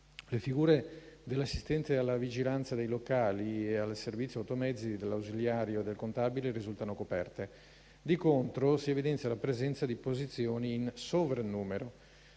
Le figure dell'assistente alla vigilanza dei locali e al servizio automezzi e dell'ausiliario del contabile risultano coperte. Di contro, si evidenzia la presenza di posizioni in sovrannumero: